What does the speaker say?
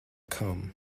come